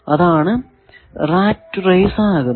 അതാണ് ഇത് rat race ആകുന്നത്